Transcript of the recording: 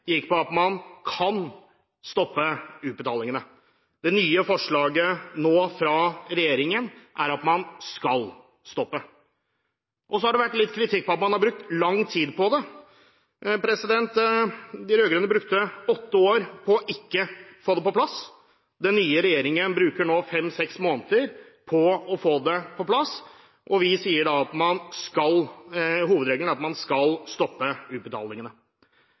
gikk på at man kan stoppe utbetalingene. Det nye forslaget nå fra regjeringen er at man skal stoppe. Det har vært litt kritikk på at man har brukt lang tid på det. De rød-grønne brukte åtte år på ikke å få det på plass, den nye regjeringen bruker nå fem–seks måneder på å få det på plass, og vi sier at hovedregelen er at man skal stoppe utbetalingene.